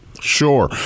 Sure